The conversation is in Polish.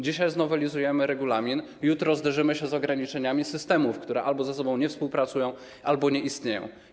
Dzisiaj znowelizujemy regulamin, jutro zderzymy się z ograniczeniami systemów, które albo ze sobą nie współpracują, albo nie istnieją.